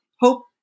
hope